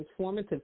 transformative